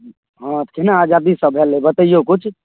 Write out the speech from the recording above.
हँ केना आजादी सब भेल रहै बतैइयो किछु